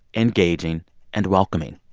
engaging and welcoming.